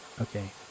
okay